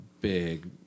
big